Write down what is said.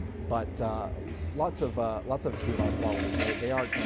but lots of ah lots of qanon ah followers, they they aren't,